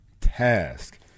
task